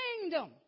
kingdom